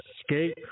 escape